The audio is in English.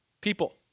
People